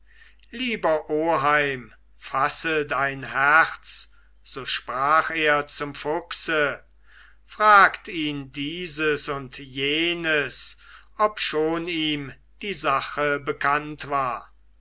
lieber oheim fasset ein herz so sprach er zum fuchse fragt ihn dieses und jenes obschon ihm die sache bekannt war